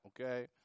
Okay